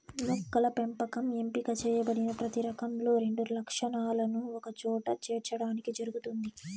మొక్కల పెంపకం ఎంపిక చేయబడిన ప్రతి రకంలో రెండు లక్షణాలను ఒకచోట చేర్చడానికి జరుగుతుంది